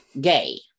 gay